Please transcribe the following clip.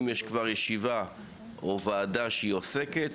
אם כבר יש ישיבה או ועדה שעוסקת בכך,